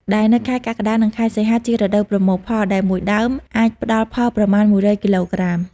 ដែលនៅខែកក្កដា និងខែសីហា ជារដូវប្រមូលផល ដែល១ដើម អាចផ្ដល់ផលប្រមាណ ១០០គីឡូក្រាម។